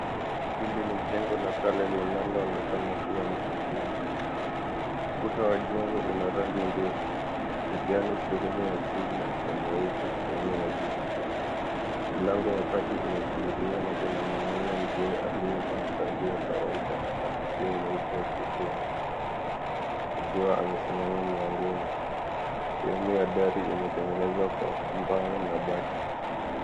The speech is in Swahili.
Hili ni jengo la kale linaloonekana kuwa msikiti. Ukuta wa jengo una rangi mbili, kijani sehemu ya chini na nyeupe sehemu ya juu. Mlango wa kati umefunguliwa na kuna mwanaume mzee aliyevaa kanzu ya kawaida na kofia nyeupe ya kiislamu akiwa amesimama mlangoni. Sehemu ya dari imetengenezwa kwa mbao na bati.